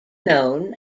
known